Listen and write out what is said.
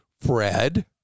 Fred